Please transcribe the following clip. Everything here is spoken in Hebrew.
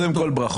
אנחנו בניסוי אבל.